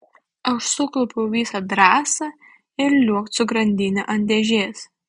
aš sukaupiau visą drąsą ir liuokt su grandine ant dėžės